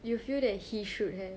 you feel that he should have